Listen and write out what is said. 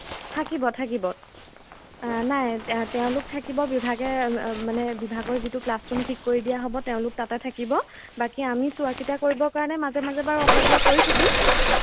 থাকিব থাকিব নাই তে তেওঁলোক থাকিব বিভাগে মানে বিভাগৰ যিটো ক্লাছৰুম ঠিক কৰি দিয়া হ'ব তেওঁলোক তাতে থাকিব বাকী আমি চোৱা চিতা কৰিবৰ কাৰণে মাজে মাজে বাৰু অহা যোৱা কৰি থাকিম